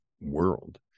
world